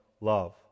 love